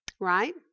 Right